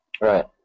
Right